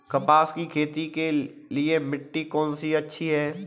कपास की खेती के लिए कौन सी मिट्टी अच्छी होती है?